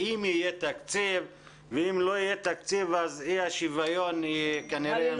אם יהיה תקציב ואם לא יהיה תקציב אז אי השוויון ימשיך להתקיים.